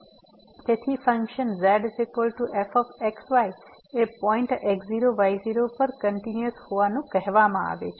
તેથી function z f x y એ point x0 y0 પર કંટીન્યુઅસ હોવાનું કહેવામાં આવે છે